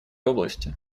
области